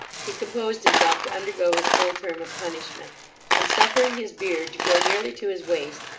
he composed himself to undergo his full term of punishment and suffering his beard to grow nearly to his waist,